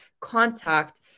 contact